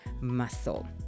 muscle